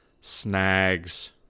snags